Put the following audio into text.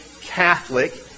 Catholic